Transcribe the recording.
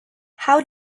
how